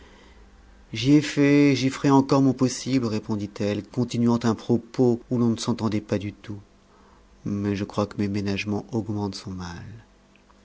ai fait et j'y ferai encore mon possible répondit elle continuant un propos où l'on ne s'entendait pas du tout mais je crois que mes ménagements augmentent son mal